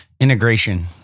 integration